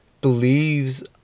believes